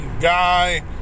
guy